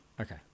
okay